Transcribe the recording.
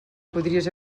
podries